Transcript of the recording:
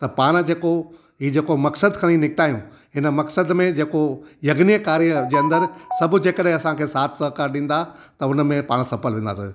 त पाण जेको हीउ जेको मक़सदु खणी निकिता आहियूं हिन मक़सद में जेको यग्निअ कार्य जे अंदरि सभु जंहिं करे असांखे साथ सरकारु ॾींदा त हुन में पाण सफलु थींदासीं